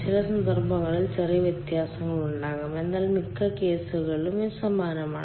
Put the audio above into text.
ചില സന്ദർഭങ്ങളിൽ ചെറിയ വ്യത്യാസങ്ങൾ ഉണ്ടാകാം എന്നാൽ മിക്ക കേസുകളിലും ഇത് സമാനമാണ്